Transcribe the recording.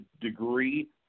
degree